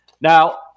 Now